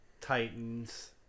Titans